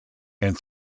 and